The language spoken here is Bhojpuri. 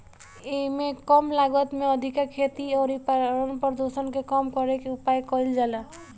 एइमे कम लागत में अधिका खेती अउरी पर्यावरण प्रदुषण के कम करे के उपाय कईल जाला